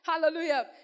Hallelujah